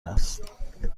بود